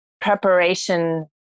preparation